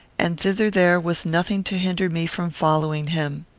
and thither there was nothing to hinder me from following him.